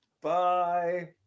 bye